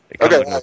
Okay